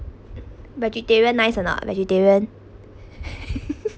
vegetarian nice or not vegetarian